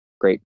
great